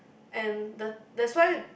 and the that's why